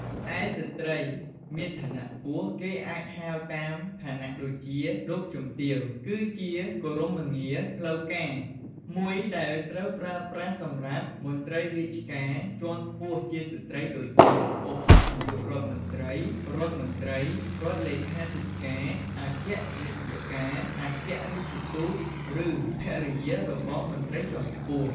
ឯស្ត្រីមានឋានៈខ្ពស់ គេអាចហៅតាមឋានៈដូចជា "លោកជំទាវ"គឺជាគោរមងារផ្លូវការមួយដែលត្រូវបានប្រើប្រាស់សម្រាប់ មន្ត្រីរាជការជាន់ខ្ពស់ជាស្ត្រីដូចជា ឧបនាយករដ្ឋមន្ត្រី រដ្ឋមន្ត្រី រដ្ឋលេខាធិការ អគ្គនាយិកា អគ្គរាជទូត ឬភរិយារបស់មន្ត្រីជាន់ខ្ពស់។